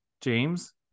James